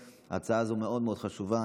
ההצעה הזאת מאוד מאוד חשובה.